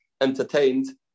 entertained